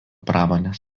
pramonės